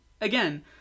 again